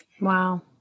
Wow